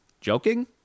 joking